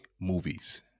movies